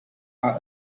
are